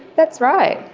that's right,